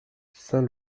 saint